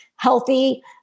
healthy